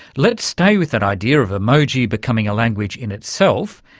let's stay with that idea of emoji becoming a language in itself,